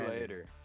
later